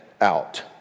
out